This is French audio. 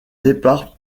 départ